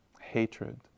hatred